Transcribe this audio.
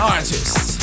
Artists